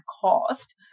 cost